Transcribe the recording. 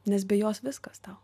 nes be jos viskas tau